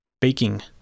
baking